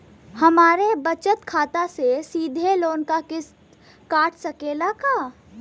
हमरे बचत खाते से सीधे लोन क किस्त कट सकेला का?